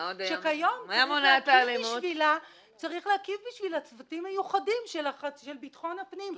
שכיום צריך להקים בשבילה צוותים מיוחדים של ביטחון הפנים.